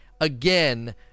Again